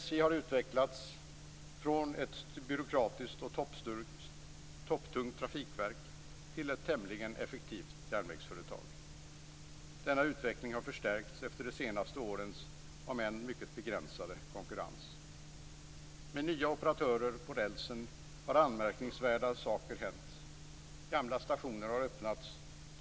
SJ har utvecklats från ett byråkratiskt och topptungt trafikverk till ett tämligen effektivt järnvägsföretag. Denna utveckling har förstärkts efter de senaste årens, om än mycket begränsade, konkurrens. Med nya operatörer på rälsen har anmärkningsvärda saker hänt. Gamla stationer har öppnats.